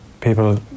people